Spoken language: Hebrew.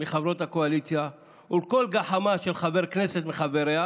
מחברות הקואליציה ולכל גחמה של חבר כנסת מחבריה,